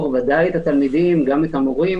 לפטור ודאי את התלמידים, גם את המורים.